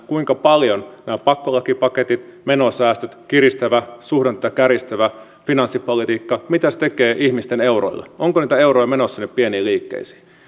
kuinka paljon ylipäätään meidän pakkolakipaketit menosäästöt suhdannetta kärjistävä finanssipolitiikka tekevät ihmisten euroille onko niitä euroja menossa sinne pieniin liikkeisiin